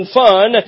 fun